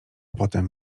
potem